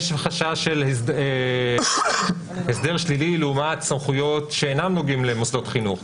יש חשש של הסדר שלילי לעומת סמכויות שאינן נוגעות למוסדות חינוך,